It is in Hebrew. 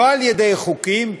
לא על-ידי חוקים,